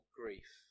grief